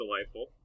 delightful